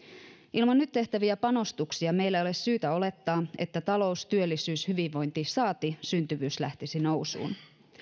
ilman nyt tehtäviä panostuksia meillä ei ole syytä olettaa että talous työllisyys hyvinvointi saati syntyvyys lähtisi nousuun